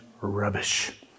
rubbish